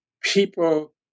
people